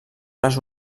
les